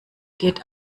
geht